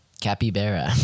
capybara